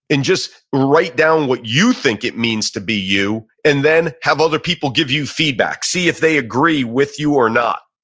and just write down what you think it means to be you, and then have other people give you feedback. see if they agree with you or not.